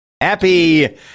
Happy